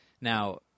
Now